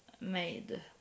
made